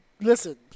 Listen